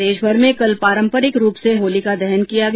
प्रदेशमर में कल शाम पारंपरिक रूप से होलिका दहन किया गया